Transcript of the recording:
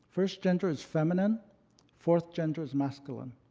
first gender is feminine fourth gender is masculine.